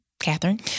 Catherine